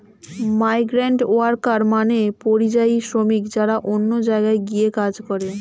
migrant worker মানে পরিযায়ী শ্রমিক যারা অন্য জায়গায় গিয়ে কাজ করে